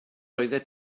oeddet